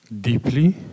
deeply